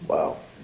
Wow